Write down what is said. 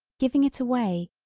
giving it away,